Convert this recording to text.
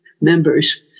members